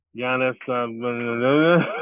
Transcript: Giannis